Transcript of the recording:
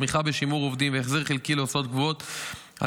תמיכה בשימור עובדים והחזר חלקי של הוצאות קבועות על